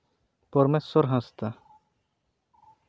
professor Hansda